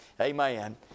Amen